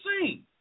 seen